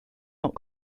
not